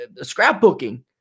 scrapbooking